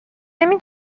نمی